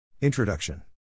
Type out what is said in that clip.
Introduction